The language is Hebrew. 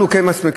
אנחנו כן מסכימים,